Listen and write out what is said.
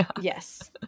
Yes